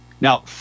Now